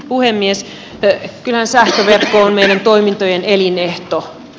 kyllähän sähköverkko on meidän toimintojemme elinehto